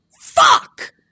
Fuck